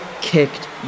kicked